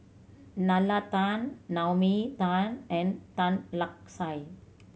Nalla Tan Naomi Tan and Tan Lark Sye